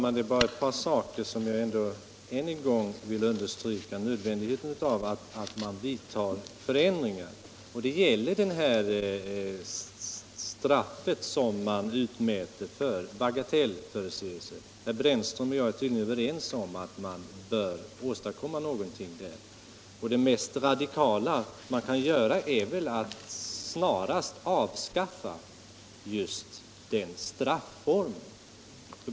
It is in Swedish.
Herr talman! Jag vill bara understryka nödvändigheten av förändringar i ett par avseenden. I fråga om det straff som utmäts för bagatellförseelser är tydligen herr Brännström och jag överens om att man bör åstadkomma någonting. Det mest radikala som man kan göra är väl att snarast avskaffa denna strafform.